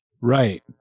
Right